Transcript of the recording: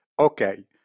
okay